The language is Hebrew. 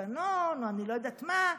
בלבנון או אני לא יודעת מה,